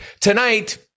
tonight